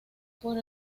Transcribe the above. por